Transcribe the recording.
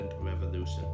revolution